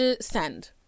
Send